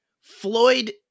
Floyd